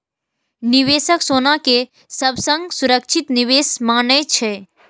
निवेशक सोना कें सबसं सुरक्षित निवेश मानै छै